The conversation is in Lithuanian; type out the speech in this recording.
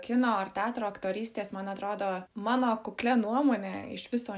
kino ar teatro aktorystės man atrodo mano kuklia nuomone iš viso